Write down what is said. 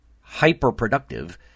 hyper-productive